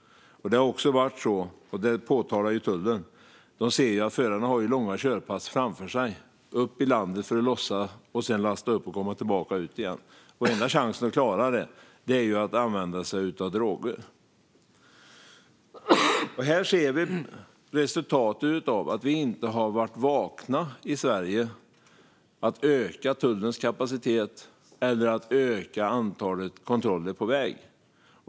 Tullen påpekar att förarna har långa körpass framför sig, först upp i landet för att lossa och sedan lasta upp och köra ut igen. Enda chansen att klara detta är att använda sig av droger. Detta är resultatet av att vi i Sverige inte har varit vakna och varken ökat tullens kapacitet eller antalet kontroller på väg.